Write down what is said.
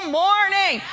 morning